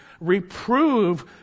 reprove